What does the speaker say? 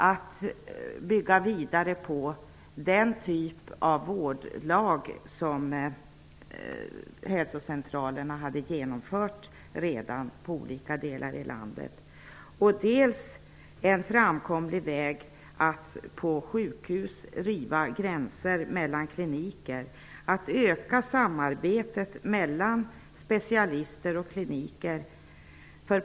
Att bygga vidare på den typ av vårdlag som hälsocentralerna redan hade genomfört i olika delar av landet verkar däremot vara en bra framkomlig väg. En annan framkomlig väg är att riva gränser mellan kliniker på sjukhus och öka samarbetet mellan specialister och kliniker.